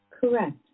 Correct